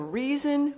reason